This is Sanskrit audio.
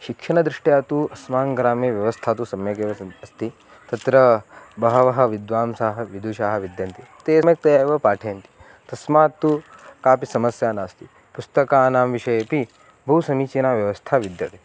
शिक्षणदृष्ट्या तु अस्माकं ग्रामे व्यवस्था तु सम्यकेव सन्ति अस्ति तत्र बहवः विद्वांसाः विदुषाः विद्यन्ते ते सम्यक्तया एव पाठयन्ति तस्मात् तु कापि समस्या नास्ति पुस्तकानां विषयेपि बहु समीचीना व्यवस्था विद्यते